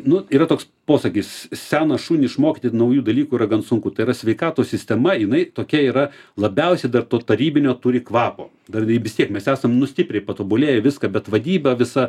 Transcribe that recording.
nu yra toks posakis seną šunį išmokyti naujų dalykų yra gan sunku tai yra sveikatos sistema jinai tokia yra labiausiai dar to tarybinio turi kvapo dar jinai vis tiek mes esam stipriai patobulėję viską bet vadyba visa